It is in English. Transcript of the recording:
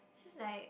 this is like